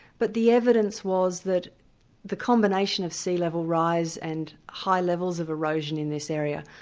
but the evidence was that the combination of sea-level rise and high levels of erosion in this area,